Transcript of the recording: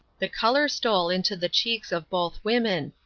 the color stole into the cheeks of both women,